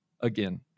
again